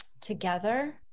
together